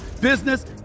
business